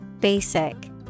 basic